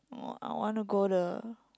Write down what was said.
or I want to go the